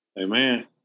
Amen